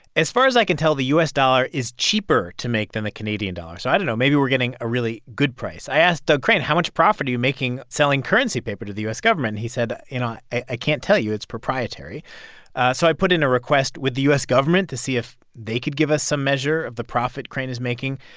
as far as i can tell, the u s. dollar is cheaper to make than the canadian dollar. so i don't know. maybe we're getting a really good price. i asked doug crane, how much profit are you making selling currency paper to the u s. government? he said, you know, i can't tell you. it's proprietary so i put in a request with the u s. government to see if they could give us some measure of the profit crane is making.